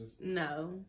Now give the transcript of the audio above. No